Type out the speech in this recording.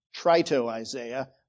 Trito-Isaiah